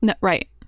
Right